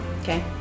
Okay